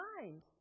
mind